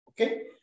Okay